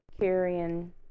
carrying